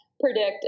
predict